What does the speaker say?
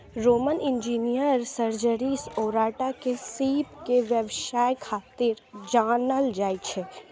Roman engineer Sergius Orata के सीप के व्यवसाय खातिर जानल जाइ छै